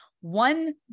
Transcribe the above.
one